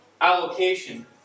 allocation